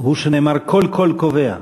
הוא שנאמר, כל קול קובע.